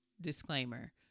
disclaimer